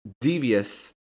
devious